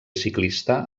ciclista